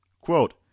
Quote